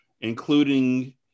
including